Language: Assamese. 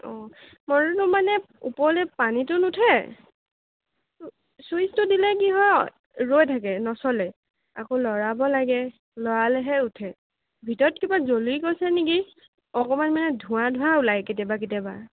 অঁ মটৰটো মানে ওপৰলৈ পানীটো নুঠে চুইচটো দিলে কি হয় ৰৈ থাকে নচলে আকৌ ল'ৰাব লাগে ল'ৰালেহে উঠে ভিতৰত কিবা জ্বলি গৈছে নেকি অকণমান মানে ধোঁৱা ধোঁৱা ওলায় কেতিয়াবা কেতিয়াবা